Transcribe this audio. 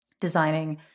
designing